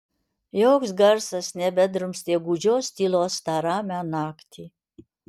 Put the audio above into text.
joks garsas nebedrumstė gūdžios tylos tą ramią naktį